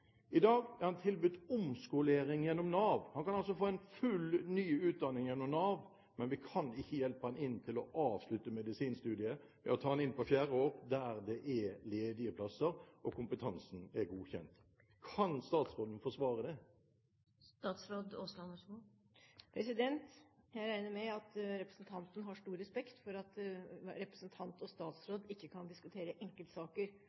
I dag er han tilbudt omskolering gjennom Nav. Han kan altså få en full, ny utdanning gjennom Nav, men vi kan ikke hjelpe ham inn for å avslutte medisinstudiet ved å ta ham inn på fjerde år, der det er ledige plasser, og der kompetansen er godkjent. Kan statsråden forsvare det? Jeg regner med at representanten har stor respekt for at representant og statsråd ikke kan diskutere enkeltsaker